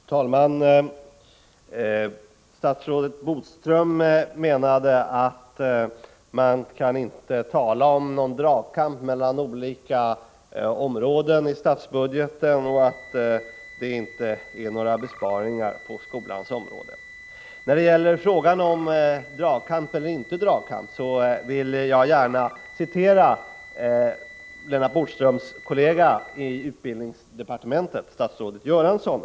Fru talman! Statsrådet Bodström menade att man inte kan tala om någon dragkamp mellan olika områden i statsbudgeten och att det inte sker några besparingar på skolans område. När det gäller frågan om dragkamp eller inte dragkamp vill jag citera Lennart Bodströms kollega i utbildningsdepartementet, statsrådet Göransson.